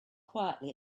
quietly